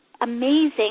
amazing